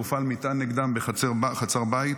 הופעל מטען נגדם בחצר בית,